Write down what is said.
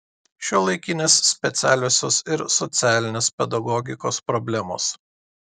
šiuolaikinės specialiosios ir socialinės pedagogikos problemos